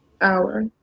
hour